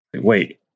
Wait